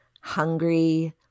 hungry